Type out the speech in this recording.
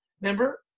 Remember